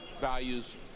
values